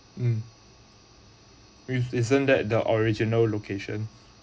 mm with isn't that the original location